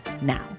now